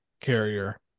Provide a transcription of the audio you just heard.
carrier